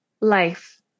Life